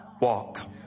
walk